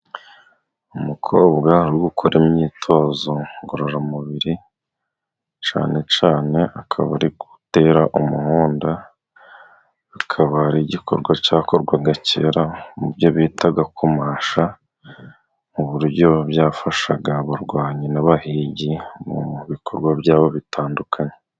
Umukobwa uri gukora imyitozo ngororamubiri cyane cyane akaba ari gutera umuhunda, bikaba ari igikorwa cyakorwaga kera mu byo bitaga kumasha, mu buryo byafashaga abarwanyi n'abahigi mu bikorwa byabo bitandukanye.